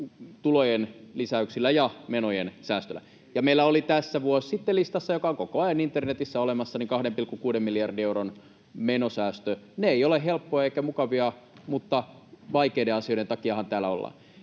tulojen lisäyksillä ja menojen säästöllä. Ja meillä oli vuosi sitten tässä listassa — joka on koko ajan internetissä olemassa — 2,6 miljardin euron menosäästöt. Ne eivät ole helppoja eivätkä mukavia, mutta vaikeiden asioiden takiahan täällä ollaan.